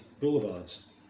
boulevards